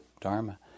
Dharma